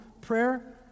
prayer